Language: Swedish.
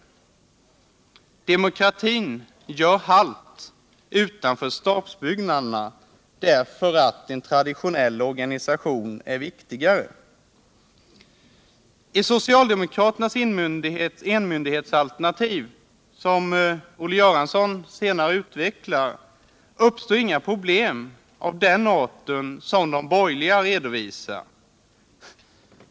Demokratin gör halt utanför stabsbyggnaderna därför att en traditionell organisation är viktigare. I socialdemokraternas enmyndighetsalternativ, som Olle Göransson senare utvecklar, uppstår inga problem av den art som de borgerliga redovisar.